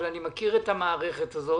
אבל אני מכיר את המערכת הזאת,